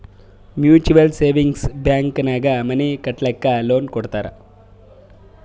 mutual savings bank ನಾಗ್ money ಕಟ್ಟಲಕ್ಕ್ loan ಕೊಡ್ತಾರ್